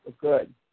good